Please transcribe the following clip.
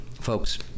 Folks